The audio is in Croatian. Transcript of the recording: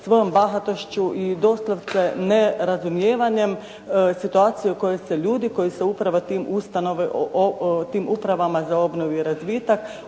svojom bahatošću i doslovce nerazumijevanjem situacije u kojoj se ljudi u kojoj se uprava u tim upravama za obnovu i razvitak